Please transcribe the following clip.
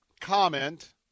comment